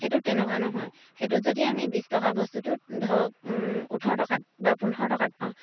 সেইটোত তেনেকুৱা নহয় সেইটোত যদি আমি বিছ টকা বস্তুটোত ধৰক ওঠৰ টকাত বা পোন্ধৰ টকাত পাওঁ